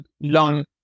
long